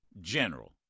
general